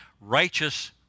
righteous